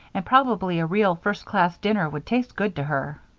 and probably a real, first-class dinner would taste good to her.